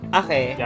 okay